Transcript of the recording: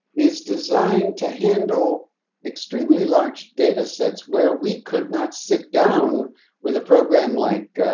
is designed to handle extremely large data sets where we could not sit down with a program like